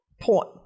point